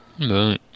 Right